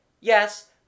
Yes